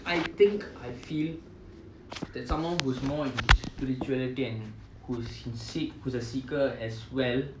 I think I feel that someone who is more into spirituality and who he seeks who's a seeker as well